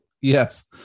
Yes